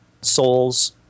souls